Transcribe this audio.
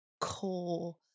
core